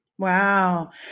Wow